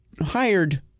hired